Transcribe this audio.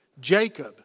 Jacob